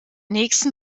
nächsten